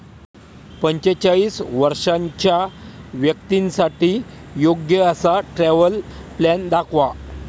पंचेचाळीस वर्षांच्या व्यक्तींसाठी योग्य असा ट्रॅव्हल प्लॅन दाखवा